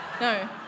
No